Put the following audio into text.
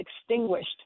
extinguished